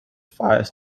fires